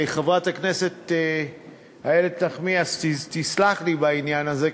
חברת הכנסת איילת נחמיאס תסלח לי בעניין הזה,